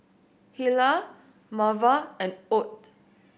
Hilah Marva and Ott